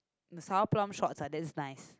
the sour plum shots lah that is nice